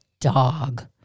dog